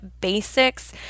basics